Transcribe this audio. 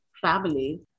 family